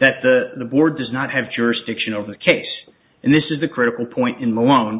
that the board does not have jurisdiction over the case and this is a critical point in malone